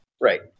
Right